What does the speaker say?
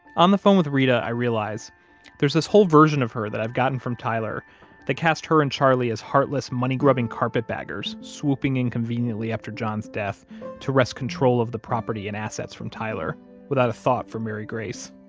on the phone with reta i realize there's this whole version of her that i've gotten from tyler that casts her and charlie as heartless, money-grubbing carpetbaggers, swooping in conveniently after john's death to wrest control of the property and assets from tyler without a thought for mary grace